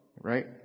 Right